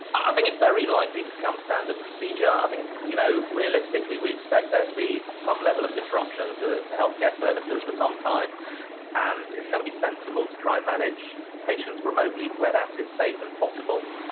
ah think it's very likely to become standard procedure. i think, you know realistically, we expect there to be some level of disruption to to healthcare services for some time and it's going to be sensible to try and manage patients remotely where that is safe and possible.